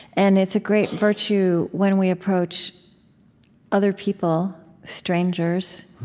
and it's a great virtue when we approach other people, strangers.